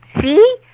See